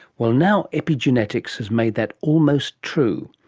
well, now epigenetics has made that almost true.